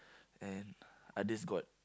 and others got